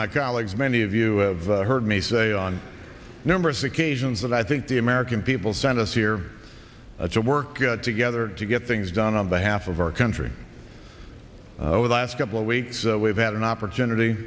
my colleagues many of you have heard me say on numerous occasions that i think the american people sent us here to work together to get things done on behalf of our country over the last couple of weeks we've had an opportunity